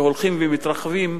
והולכים ומתרחבים,